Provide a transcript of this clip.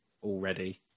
Already